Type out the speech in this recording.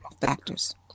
factors